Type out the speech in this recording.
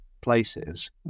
places